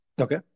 Okay